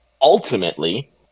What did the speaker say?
ultimately